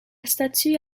statue